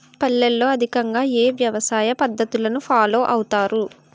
పల్లెల్లో అధికంగా ఏ వ్యవసాయ పద్ధతులను ఫాలో అవతారు?